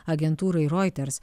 agentūrai reuters